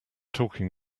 talking